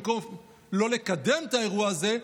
במקום לא לקדם את האירוע הזה,